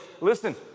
listen